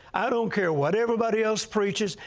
i don't care what everybody else preaches.